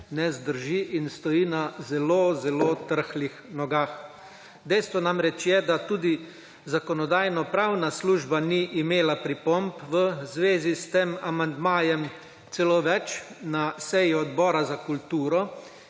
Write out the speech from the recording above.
ne zdrži in stoji na zelo, zelo trhlih nogah. Dejstvo namreč je, da tudi Zakonodajno-pravna služba ni imela pripomb v zvezi s tem amandmajem, celo več, na seji Odbora za kulturo